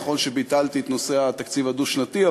נכון שביטלתי את התקציב הדו-שנתי,